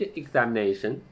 examination